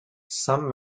some